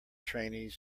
trainees